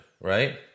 Right